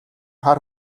хар